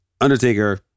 Undertaker